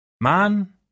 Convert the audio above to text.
man